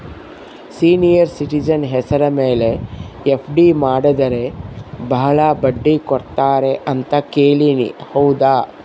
Senior citizen ಹೆಸರ ಮೇಲೆ FD ಮಾಡಿದರೆ ಬಹಳ ಬಡ್ಡಿ ಕೊಡ್ತಾರೆ ಅಂತಾ ಕೇಳಿನಿ ಹೌದಾ?